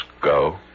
go